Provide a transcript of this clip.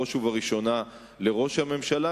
בראש ובראשונה לראש הממשלה,